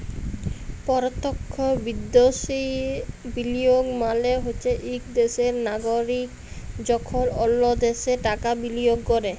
পরতখ্য বিদ্যাশে বিলিয়গ মালে হছে ইক দ্যাশের লাগরিক যখল অল্য দ্যাশে টাকা বিলিয়গ ক্যরে